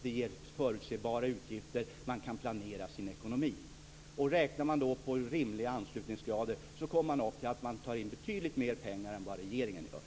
Det ger förutsebara utgifter. Man kan planera sin ekonomi. Räknar man med rimliga anslutningsgrader kommer man fram till att man tar in betydligt mer pengar än regeringen gör.